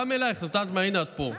גם אלייך, הינה, את פה.